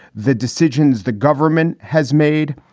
the decisions the government has made,